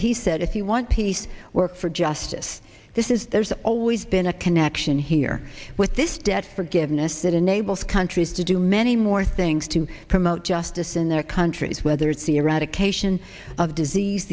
he said if you want peace work for justice this is there's always been a connection here with this debt forgiveness that enables countries to do many more things to promote justice in their countries whether it's the eradication of disease